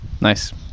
nice